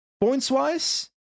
points-wise